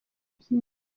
byinshi